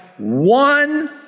one